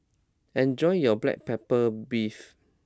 enjoy your Black Pepper Beef